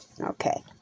Okay